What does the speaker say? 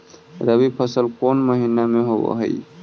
रबी फसल कोन महिना में होब हई?